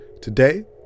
today